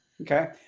Okay